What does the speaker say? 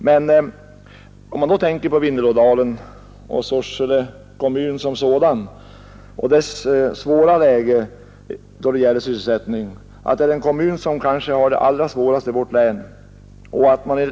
Men om man då tänker på Vindelådalen och Sorsele kommun som sådan med det svåra sysselsättningsläge man har här — denna kommun har det kanske allra svårast i vårt län — så måste man fråga sig hur detta kan få ske.